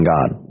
God